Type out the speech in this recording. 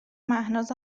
مهناز